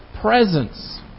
presence